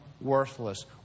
worthless